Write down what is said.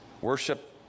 Worship